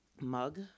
mug